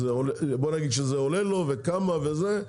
כל אחד יודע שזה עולה לו וכמה זה עולה לו.